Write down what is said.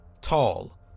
tall